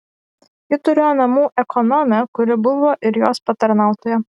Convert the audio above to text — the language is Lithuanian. ji turėjo namų ekonomę kuri buvo ir jos patarnautoja